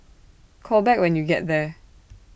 call back when you get there